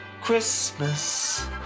Christmas